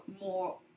more